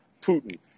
Putin